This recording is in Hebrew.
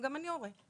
גם אני הורה.